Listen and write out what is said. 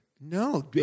No